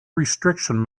restriction